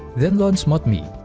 then launch modmii